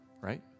right